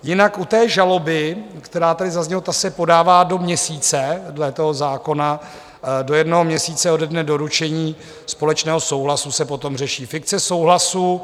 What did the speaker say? Jinak u žaloby, která tady zazněla, ta se podává do měsíce dle toho zákona, do jednoho měsíce ode dne doručení společného souhlasu se potom řeší fikce souhlasu.